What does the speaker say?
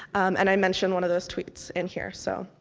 and i mention one of those tweets in here, so.